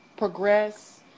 progress